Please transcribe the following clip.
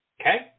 Okay